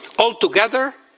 altogether,